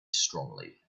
strongly